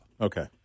Okay